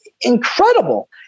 incredible